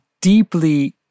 deeply